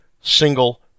single